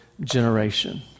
generation